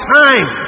time